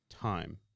time